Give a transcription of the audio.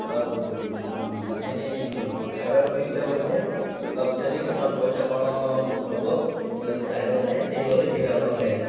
ଆଉ ସେଇଠି ଖାଇବାକୁ ଠିକ୍ଠାକ୍ ହୋଇଥାଏ ଆଉ ସେଇଠି କେତେ ଟଙ୍କା ପଇସା କ'ଣ ହବ ମୁଁ ଜାଣିବାକୁ ଚାହେଁ ସେଇଠି ଗଲେ ଠିକ୍ ଭାବେ କଥା ହେବି